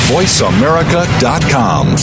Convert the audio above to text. VoiceAmerica.com